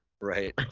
Right